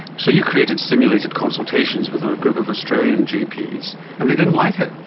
so you created simulated consultations with a group of australian gps and they didn't like it.